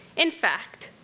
in fact,